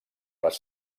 les